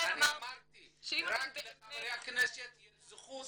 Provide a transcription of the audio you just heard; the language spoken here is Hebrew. אמרתי שרק לחברי הכנסת יש זכות